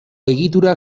egiturak